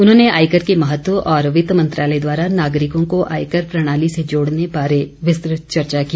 उन्होंने आयकर के महत्व और वित्त मंत्रालय द्वारा नागरिकों को आयकर प्रणाली से जोड़ने बारे विस्तुत चर्चा की